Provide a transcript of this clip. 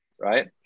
right